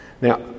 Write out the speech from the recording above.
Now